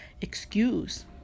excuse